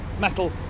metal